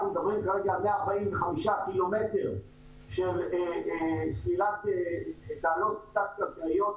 אנחנו מדברים כרגע על 145 ק"מ של סלילת תעלות תת-קרקעיות,